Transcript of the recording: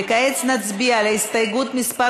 וכעת נצביע על הסתייגות מס'